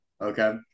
okay